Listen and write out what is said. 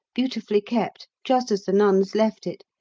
beautifully kept, just as the nuns left it,